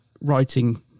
writing